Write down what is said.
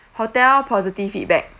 hotel positive feedback